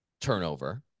turnover